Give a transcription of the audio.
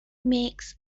makes